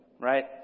right